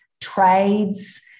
trades